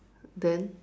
then